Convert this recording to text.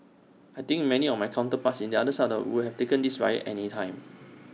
I think many of my counterparts in other side would have taken this riot any time